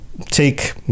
take